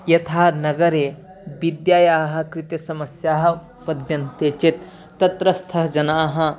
यथा नगरे विद्यायाः कृते समस्याः पद्यन्ते चेत् तत्रस्थः जनाः